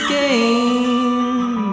game